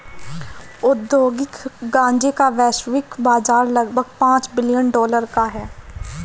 औद्योगिक गांजे का वैश्विक बाजार लगभग पांच बिलियन डॉलर का है